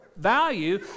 value